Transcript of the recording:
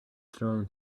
thrown